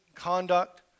Conduct